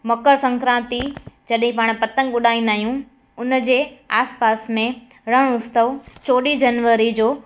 मकरसंक्रांति जॾहिं पाण पतंग उॾाईंदा आहियूं उन जे आस पास में रणु उत्सव चोॾहीं जनवरी जो